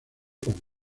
con